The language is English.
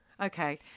okay